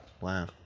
Wow